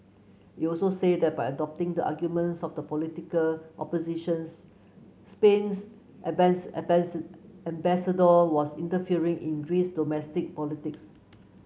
you also said that by adopting the arguments of the political oppositions Spain's ambassador was interfering in Greece's domestic politics